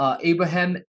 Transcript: Abraham